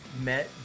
met